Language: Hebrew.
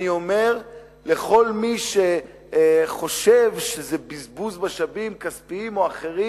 אני אומר לכל מי שחושב שזה בזבוז משאבים כספיים או אחרים,